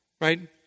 right